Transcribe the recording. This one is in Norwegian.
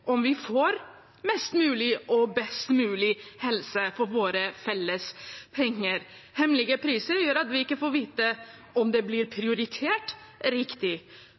om vi får mest mulig – og best mulig – helse for våre felles penger. Hemmelige priser gjør at vi ikke får vite om det blir prioritert riktig.